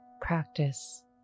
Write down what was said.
practice